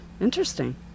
interesting